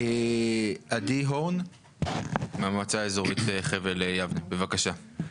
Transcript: עדי הורן, מהמועצה האזורית חבל יבנה, בבקשה.